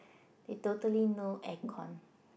they totally no aircon